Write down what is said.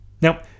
now